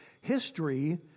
history